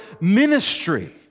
ministry